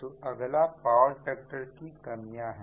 तो अगला न्यूनतम पावर फैक्टर की कमियां है